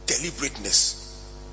Deliberateness